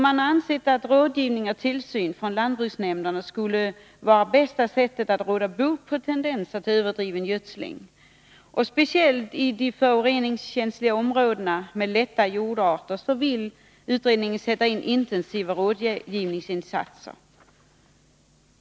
Man har ansett att rådgivning och tillsyn från lantbruksnämnderna skulle vara bästa sättet att råda bot på tendenserna till överdriven gödsling. Speciellt i de föroreningskänsliga områdena med lätta jordarter vill utredningen sätta in intensiva rådgivningsinsatser.